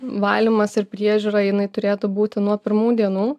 valymas ir priežiūra jinai turėtų būti nuo pirmų dienų